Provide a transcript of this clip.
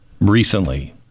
recently